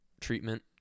treatment